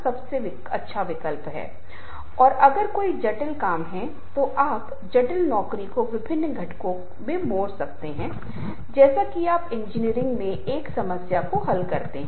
इसलिए संगठन वह जगह है जहाँ आप योजना बना रहे हैं आप अपनी प्रस्तुति को एक प्रश्न उत्तर सत्र के रूप में दे सकते हैं जिसका आपके पास पहले निष्कर्ष हो सकता है या नहीं भी हो सकता है